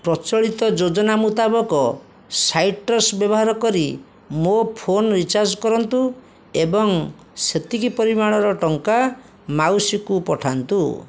ପ୍ରଚଳିତ ଯୋଜନା ମୁତାବକ ସାଇଟ୍ରସ୍ ବ୍ୟବହାର କରି ମୋ ଫୋନ୍ ରିଚାର୍ଜ କରନ୍ତୁ ଏବଂ ସେତିକି ପରିମାଣର ଟଙ୍କା ମାଉସୀକୁ ପଠାନ୍ତୁ